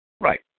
Right